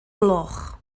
gloch